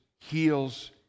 heals